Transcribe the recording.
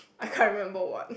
I can't even remember what